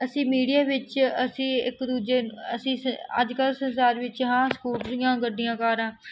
ਅਸੀਂ ਮੀਡੀਆ ਵਿੱਚ ਅਸੀਂ ਇੱਕ ਦੂਜੇ ਅਸੀਂ ਸ ਅੱਜ ਕੱਲ੍ਹ ਸੰਸਾਰ ਵਿੱਚ ਹਾਂ ਸਕੂਟਰੀਆਂ ਗੱਡੀਆਂ ਕਾਰਾਂ